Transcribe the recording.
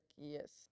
yes